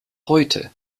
heute